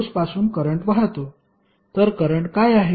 source पासून current वाहतो तर करंट काय आहे